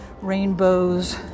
rainbows